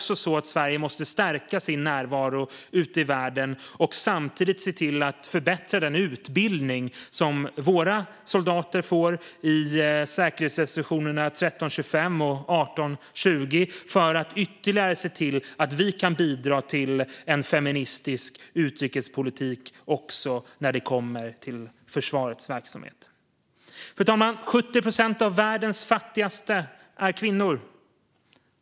Sverige måste också stärka sin närvaro ute i världen och samtidigt se till att förbättra den utbildning som våra soldater får i säkerhetsrådsresolutionerna 1325 och 1820, för att se till att vi även när det gäller försvarets verksamhet kan bidra ytterligare till en feministisk utrikespolitik. Fru talman! 70 procent av världens fattigaste är kvinnor.